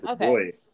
Okay